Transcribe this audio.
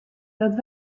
dat